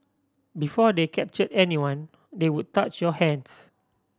before they capture anyone they would touch your hands